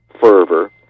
fervor